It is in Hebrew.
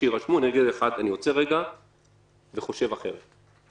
אני עוצר רגע וחושב אחרת.